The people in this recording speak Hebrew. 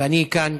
ואני כאן,